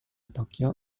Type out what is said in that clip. tokyo